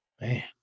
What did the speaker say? Man